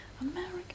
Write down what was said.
American